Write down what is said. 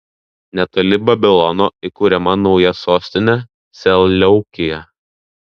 netoli babilono įkuriama nauja sostinė seleukija